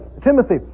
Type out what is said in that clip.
Timothy